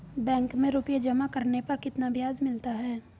Bank में रुपये जमा करने पर कितना ब्याज मिलता है?